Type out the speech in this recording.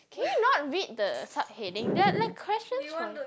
can you not read the sub heading there are like questions from